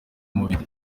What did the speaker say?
mubiri